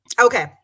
Okay